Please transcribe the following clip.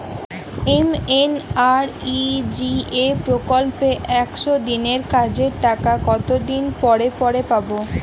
MNREGA প্রকল্পে একশ দিনের কাজের টাকা কতদিন পরে পরে পাব?